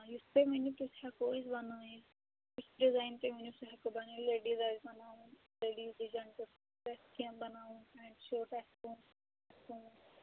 یُس تُہۍ ؤنِو تیُتھ ہٮ۪کو أسۍ بَنٲیِتھ کِتھ ڈِزایِن تُہۍ ؤنِو سُہ ہٮ۪کو بَنٲیِتھ لیڈیٖز آسہِ بَناوُن لیڈیٖز تہِ جنٹٕز تہِ آسہِ کینٛہہ بناوُن پٮ۪نٹ شٲٹ